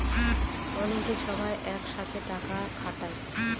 অনেকে সবাই এক সাথে টাকা খাটায়